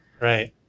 Right